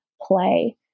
play